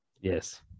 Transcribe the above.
yes